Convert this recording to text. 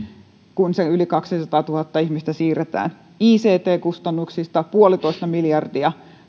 kun se yli kaksisataatuhatta ihmistä siirretään ict kustannuksista yksi pilkku viisi miljardia